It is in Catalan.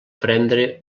prendre